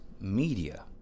media